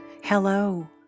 Hello